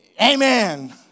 Amen